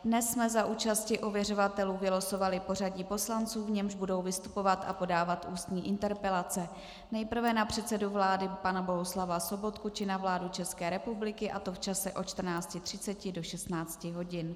Dnes jsme za účasti ověřovatelů vylosovali pořadí poslanců, v němž budou vystupovat a podávat ústní interpelace nejprve na předsedu vlády pana Bohuslava Sobotku či na vládu České republiky, a to v čase od 14.30 do 16 hodin.